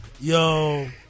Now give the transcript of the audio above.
Yo